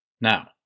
Now